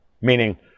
meaning